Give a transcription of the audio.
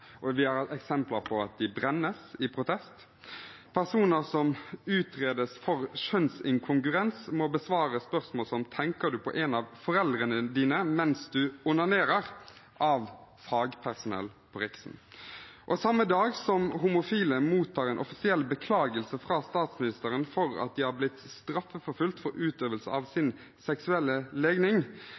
og vi har hatt eksempler på at de brennes i protest. Personer som utredes for kjønnsinkongruens, må besvare spørsmål som «Tenker du på en av foreldrene dine mens du onanerer?» – stilt av fagpersonell på Riksen. Og samme dag som homofile mottar en offisiell beklagelse fra statsministeren for at de har blitt straffeforfulgt for utøvelse av sin seksuelle legning,